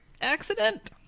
Accident